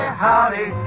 howdy